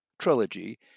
trilogy